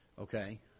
Okay